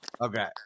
Okay